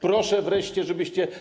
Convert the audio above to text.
Proszę wreszcie, żebyście.